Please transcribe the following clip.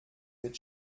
mit